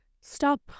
Stop